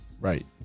right